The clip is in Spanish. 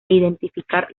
identificar